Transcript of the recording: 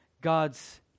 God's